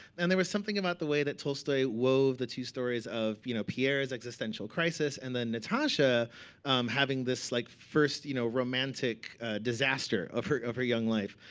and there was something about the way that tolstoy wove the two stories of you know pierre's existential crisis, and then natasha having this like first you know romantic disaster of her of her young life,